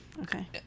Okay